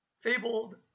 fabled